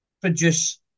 produce